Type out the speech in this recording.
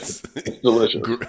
delicious